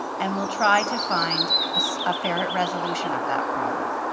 and we'll try to find ah so a fair resolution of that problem.